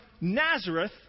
Nazareth